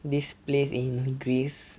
this place in greece